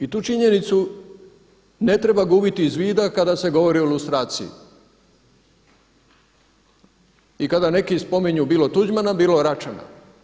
I tu činjenicu ne treba gubiti iz vida kada se govori o lustraciji i kada neki spominju bilo Tuđmana, bilo Račana.